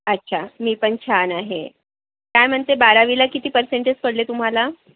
अच्छा मी पण छान आहे काय म्हणते बारावीला किती परसेंटेज पडले तुम्हाला